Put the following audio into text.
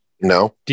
No